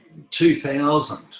2000